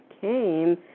came